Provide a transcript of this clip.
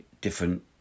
different